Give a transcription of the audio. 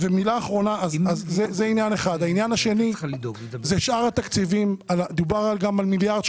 אני יודעת שהשר מכיר את הנושא